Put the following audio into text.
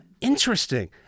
Interesting